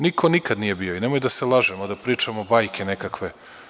Niko nikada nije bio i nemojmo da se lažemo, da pričamo bajke, nekakve.